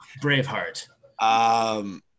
Braveheart